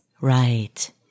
Right